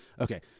okay